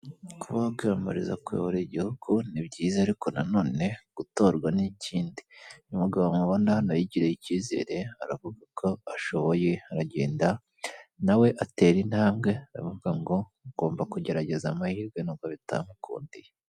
Kuba kwiyamamariza kuyobora igihugu ni byiza ariko nanone gutorwa ni ikindi, uyu mugabo mubona yigiriye icyizere aravuga ko ashoboye aragenda nawe atera intambwe aravuga ngo gomba kugerageza amahirwe nubwo bitamukundiye.